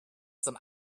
some